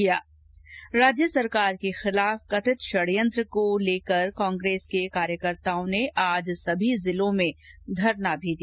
रॉज्य सरकार के ँखिलाफ कथित षडयंत्र को लेकर कांग्रेस के कार्यकर्ताओं ने आज सभी जिलों में धरना भी दिया